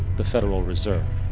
the federal reserve.